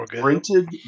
printed